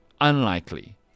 unlikely